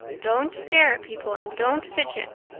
don't stare at people and don't fidget.